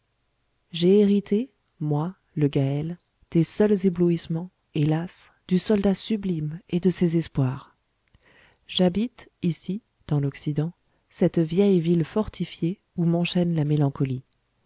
j'ai hérité moi le gaël des seuls éblouissements hélas du soldat sublime et de ses espoirs j'habite ici dans l'occident cette vieille ville fortifiée où m'enchaîne la mélancolie